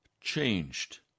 changed